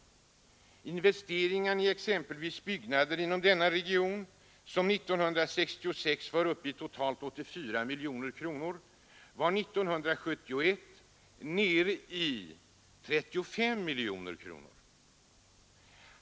Investeringarna i exempelvis byggnader inom denna region, som år 1966 var uppe i totalt 84 miljoner kronor, var 1971 nere i 35 miljoner kronor.